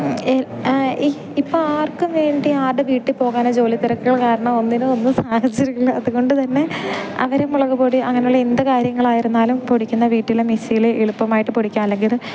ഏ ഇപ്പം ആർക്കും വേണ്ടി ആരുടെ വീട്ടിൽ പോകാനോ ജോലിത്തിരക്കുകൾ കാരണം ഒന്നിനും ഒന്നും സാഹചര്യം ഇല്ല അതുകൊണ്ട് തന്നെ അവർ മുളകുപൊടി അങ്ങനെയുള്ള എന്ത് കാര്യങ്ങളായിരുന്നാലും പൊടിക്കുന്ന വീട്ടിലും മിക്സീൽ എളുപ്പമായിട്ട് പൊടിക്കുക അല്ലെങ്കിൽ അത്